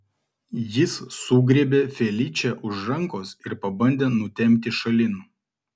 jis sugriebė feličę už rankos ir pabandė nutempti šalin